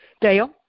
Dale